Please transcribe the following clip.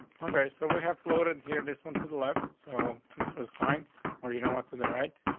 okay, so we have floated here this month is left. so this was fine or you don't want to the right.